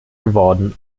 geworden